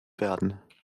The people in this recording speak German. werden